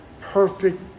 perfect